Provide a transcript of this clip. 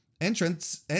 Entrance